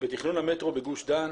בתכנון המטרו בגוש דן,